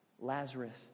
Lazarus